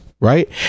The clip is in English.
right